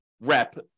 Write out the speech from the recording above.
rep